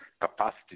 capacity